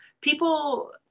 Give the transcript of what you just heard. people